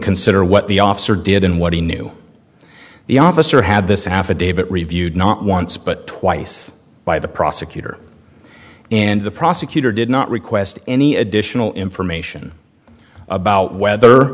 consider what the officer did and what he knew the officer had this affidavit reviewed not once but twice by the prosecutor and the prosecutor did not request any additional information about whether